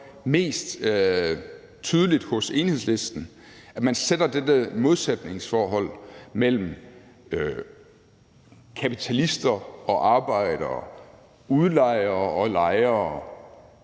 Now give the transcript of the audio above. mest tydeligt hos Enhedslisten, altså at man sætter dette modsætningsforhold op mellem kapitalister og arbejdere, udlejere og lejere,